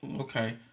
Okay